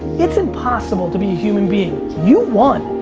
it's impossible to be a human being you won.